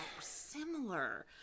similar